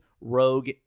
Rogue